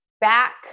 back